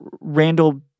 Randall